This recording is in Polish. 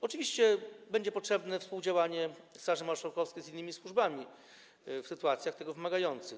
Oczywiście będzie potrzebne współdziałanie Straży Marszałkowskiej z innymi służbami w sytuacjach tego wymagających.